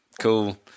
Cool